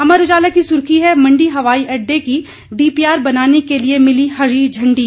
अमर उजाला की सुर्खी है मंडी हवाई अड़डे की डीपीआर बनाने के लिए मिली हरी झंडी